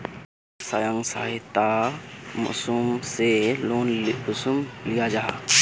स्वयं सहायता समूह से लोन कुंसम लिया जाहा?